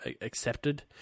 accepted